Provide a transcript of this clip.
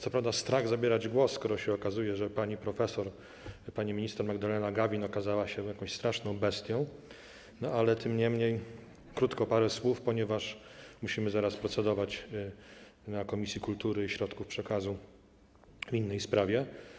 Co prawda strach zabierać głos, skoro się okazuje, że pani profesor, pani minister Magdalena Gawin okazała się jakąś straszną bestią, niemniej krótko, parę słów, ponieważ musimy zaraz procedować w Komisji Kultury i Środków Przekazu w innej sprawie.